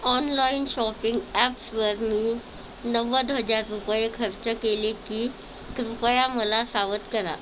online shopping ॲप्सवर मी नव्वद हजार रुपये खर्च केले की कृपया मला सावध करा